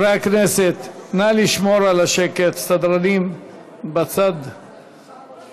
יציג את הצעת החוק יושב-ראש ועדת הכספים חבר הכנסת משה גפני.